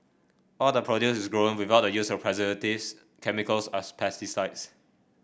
all the produce is grown without the use of preservatives chemicals us pesticides